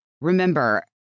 Remember